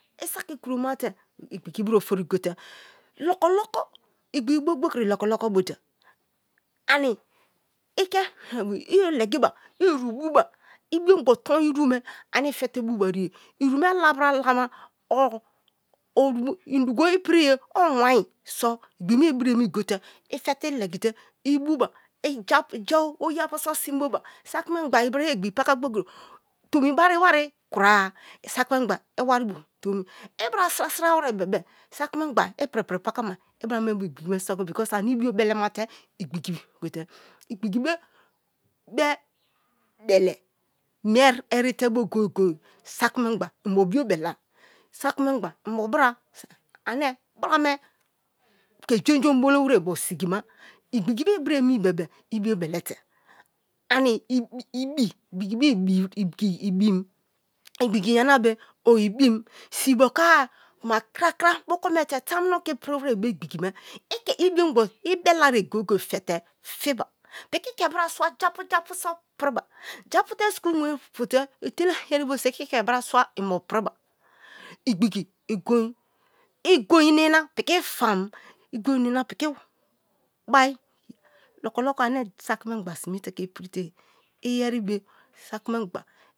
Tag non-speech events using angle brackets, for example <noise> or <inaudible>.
I saki kroma te igbigi ibia ofori go te loko-loko, igbigi bo gbokiri loko-loko bo te ani i ke, i legiba i irubu ba ibiogbo ton irume ane i fe te bubarige iru me labra labra <unintelligible> i dugo ipiriya o wine so igbigi me ibra emi gote i fe te legite i bu i ja oyaju so sin boha saki mengba i bra igbigi bari iwari kura-a, saki mengba iwari bio tomi, i bra sira-sira we bebe sakimengba i pri-pri pakana i bra me bo igbigi me so gbokiri gote. Igbigi be-be bele mie erite bo goye-goye saki mengba in bo bio belai, saki mengba inbo bra <unintelligible> ke jen-je obolo were ogbo sigima, igbigi me ibra emi bebe i biobelite ani ibi <hesitation> igbigi me ibin, igbiki yana be o ibim, si boko kuma krakra boko me te tamunobe ke ipiri were be igbigi me ike i biongbo i beleri ye goye-goye fete fiba ike brasua vapu-japu so priba japu te school mu apu etela iyeribo so ike bra sua inbo priba igbigi, igoin igoin ni na piki fam, igoin nina piki bai, lokoloko ane saki mengba sime te ipirite ye iyeribe saki mengba